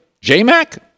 J-Mac